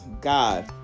God